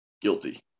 guilty